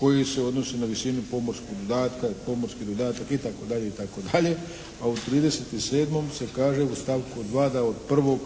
koji se odnose na visinu pomorskog dodatka i pomorski dodatak itd., itd, itd. A u 37. se kaže u stavku 2. da od 1.